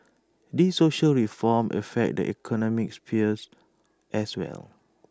these social reforms affect the economic spheres as well